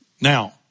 Now